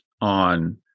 on